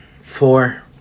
Four